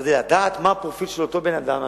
כדי לדעת מהו הפרופיל של אותו אדם,